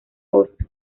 agosto